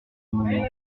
amendement